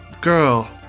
Girl